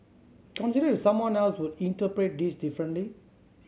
consider if someone else would interpret this differently